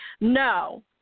No